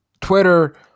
Twitter